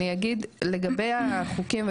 אני אגיד לגבי החוקים,